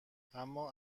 اما